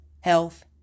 health